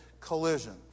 collision